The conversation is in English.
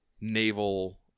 naval